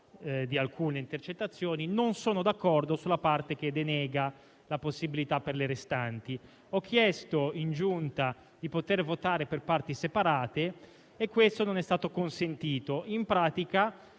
di alcune intercettazioni; non sono d'accordo sulla parte che denega la possibilità per le restanti. Ho chiesto in Giunta di poter votare per parti separate e questo non è stato consentito.